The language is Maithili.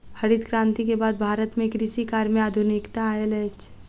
हरित क्रांति के बाद भारत में कृषि कार्य में आधुनिकता आयल अछि